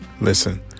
Listen